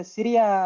Syria